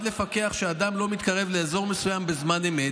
לפקח שאדם לא מתקרב לאזור מסוים בזמן אמת,